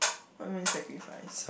what you mean sacrifice